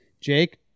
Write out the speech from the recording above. Jake